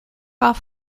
off